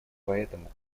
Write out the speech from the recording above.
поэтому